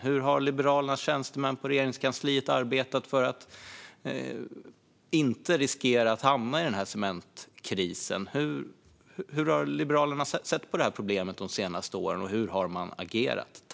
Hur har Liberalernas tjänstemän på Regeringskansliet arbetat för att Sverige inte skulle hamna i denna cementkris? Hur har Liberalerna sett på detta problem de senaste åren, och hur har de agerat?